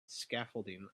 scaffolding